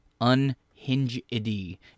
Unhingedy